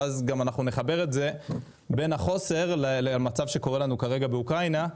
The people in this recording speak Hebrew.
ואנחנו נחבר את זה בין החוסר למצב שקורה לנו כרגע באוקראינה.